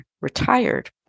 retired